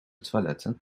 toiletten